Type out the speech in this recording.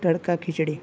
તડકા ખિચડી